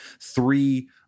three